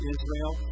Israel